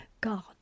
god